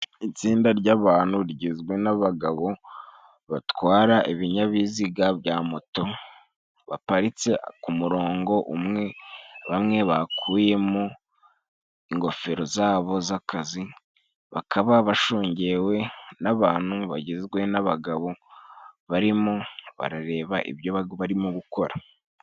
Itsinda ryabantu rigizwe n'abagabo batwara ibinyabiziga bya moto baparitse ku murongo umwe. Bamwe bakuyemo ingofero zabo z'akazi, bakaba bashungewe nabantu bagizwe nabagabo barimo barareba ibyo barimo gukora.